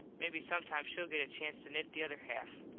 maybe sometime shell get a chance to nit the other half.